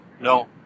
No